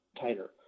tighter